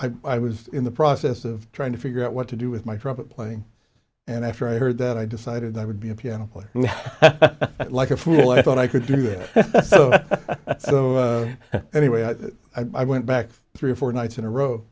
and i was in the process of trying to figure out what to do with my trumpet playing and after i heard that i decided i would be a piano player and like a fool i thought i could do it so anyway i went back three or four nights in a row